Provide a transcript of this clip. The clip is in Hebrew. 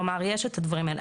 כלומר, יש את הדברים האלה.